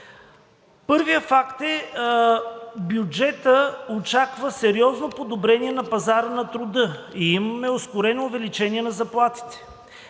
Първият факт е – бюджетът очаква сериозно подобрение на пазара на труда и имаме ускорено увеличение на заплатите.